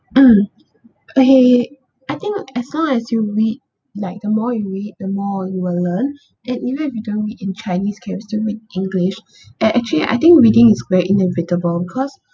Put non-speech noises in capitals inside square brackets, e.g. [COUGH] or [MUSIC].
mm okay K I think as long as you read like the more you read the more you will learn and even if you don't read in chinese can you still read english [BREATH] and actually I think reading is very inevitable because